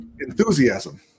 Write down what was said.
enthusiasm